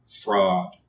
Fraud